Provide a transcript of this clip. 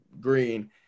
green